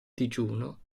digiuno